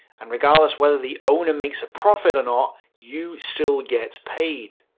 and regardless whether the owner makes profit or not, you still get paid.